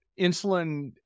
insulin